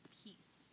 peace